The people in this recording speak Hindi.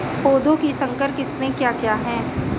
पौधों की संकर किस्में क्या क्या हैं?